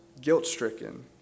guilt-stricken